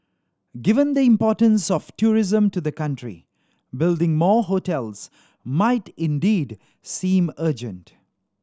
given the importance of tourism to the country building more hotels might indeed seem urgent